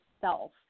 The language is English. self